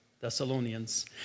Thessalonians